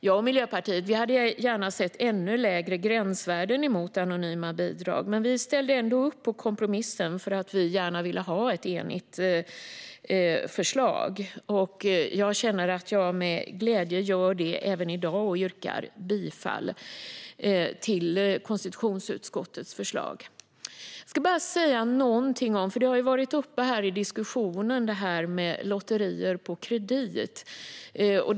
Jag och Miljöpartiet hade gärna sett ännu lägre gränsvärden för anonyma bidrag, men vi ställde ändå upp på kompromissen för att vi gärna ville ha ett förslag som alla var eniga om. Jag känner att jag med glädje gör det även i dag, och jag yrkar bifall till konstitutionsutskottets förslag. Jag ska bara säga någonting om detta med lotterier på kredit, för det har varit uppe i diskussionen.